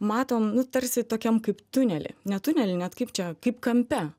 matom nu tarsi tokiam kaip tunely ne tunely net kaip čia kaip kampe